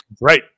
right